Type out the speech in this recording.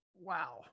Wow